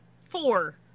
four